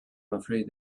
afraid